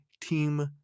team